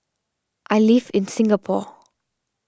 I live in Singapore